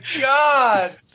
God